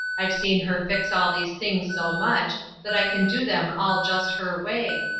i've seen her fix all these things so much that i can do them all just her way,